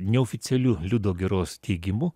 neoficialiu liudo giros teigimu